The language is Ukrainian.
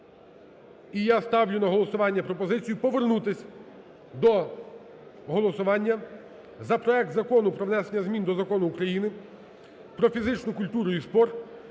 І я ставлю на голосування пропозицію повернутись до голосування за проект Закону про внесення змін до Закону України "Про фізичну культуру і спорт"